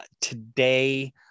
today